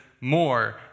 more